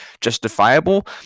justifiable